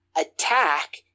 attack